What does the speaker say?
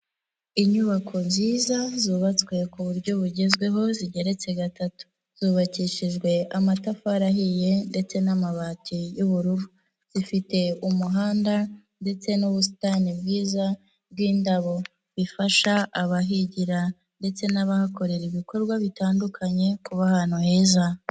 Inyubako nziza zubatswe ku buryo bugezweho zigeretse gatatu, zubakishijwe amatafari ahiye ndetse n'amabati y'ubururu, zifite umuhanda ndetse n'ubusitani bwiza bw'indabo, bifasha abahigira ndetse n'abahakorera ibikorwa bitandukanye kuba ahantu heza.